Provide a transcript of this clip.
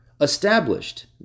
established